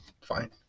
Fine